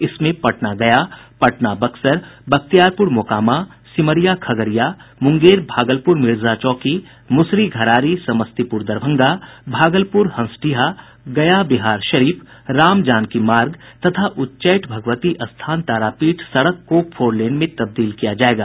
इसमें पटना गया पटना बक्सर बख्तियारपुर मोकामा सिमरिया खगड़िया मुंगेर भागलपुर मिर्जाचौकी मुसरीघरारी समस्तीपुर दरभंगा भागलपुर हंसडीहा गया बिहारशरीफ रामजानकीमार्ग तथा उच्चैठ भगवती स्थान तारापीठ सड़क को फोरलेन में तब्दील किया जायेगा